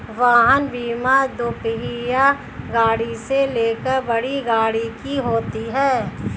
वाहन बीमा दोपहिया गाड़ी से लेकर बड़ी गाड़ियों की होती है